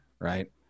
right